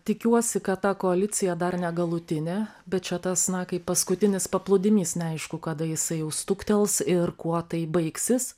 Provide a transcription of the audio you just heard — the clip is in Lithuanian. tikiuosi kad ta koalicija dar ne galutinė bet čia tas na kaip paskutinis paplūdimys neaišku kada jisai jau stuktels ir kuo tai baigsis